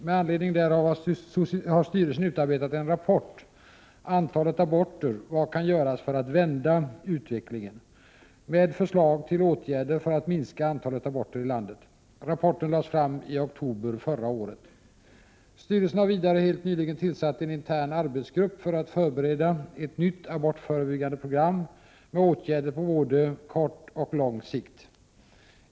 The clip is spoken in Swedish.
Med anledning därav har styrelsen utarbetat en rapport ”Antalet aborter — Vad kan göras för att vända utvecklingen?” med förslag till åtgärder för att minska antalet aborter i landet. Rapporten lades fram i oktober förra året. Styrelsen har vidare helt nyligen tillsatt en intern arbetsgrupp för att förbereda ett nytt abortförebyggande program med åtgärder på både kort och lång sikt.